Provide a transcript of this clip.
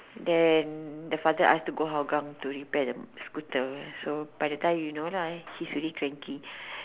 then the father ask to go Hougang to repair the scooter so by the time you know then I he is already cranky